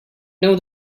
know